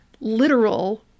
literal